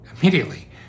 immediately